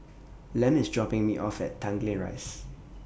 Lem IS dropping Me off At Tanglin Rise